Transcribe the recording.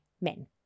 men